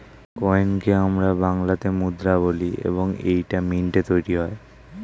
কয়েনকে আমরা বাংলাতে মুদ্রা বলি এবং এইটা মিন্টে তৈরী হয়